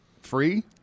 free